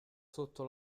sotto